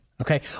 Okay